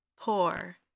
poor